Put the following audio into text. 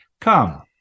come